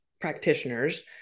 practitioners